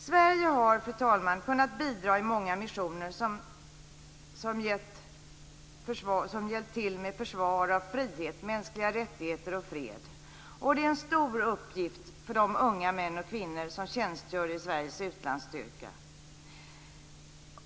Sverige har, fru talman, kunnat bidra i många missioner som hjälpt till med försvar av frihet, mänskliga rättigheter och fred. Det är en stor uppgift för de unga män och kvinnor som tjänstgör i Sveriges utlandsstyrka.